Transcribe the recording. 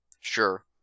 Sure